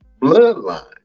bloodline